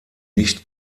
nicht